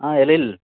ஆ எழில்